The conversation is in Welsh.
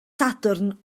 sadwrn